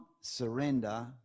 surrender